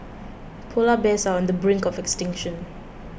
Polar Bears are on the brink of extinction